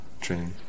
train